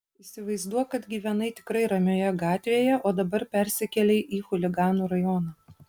įsivaizduok kad gyvenai tikrai ramioje gatvėje o dabar persikėlei į chuliganų rajoną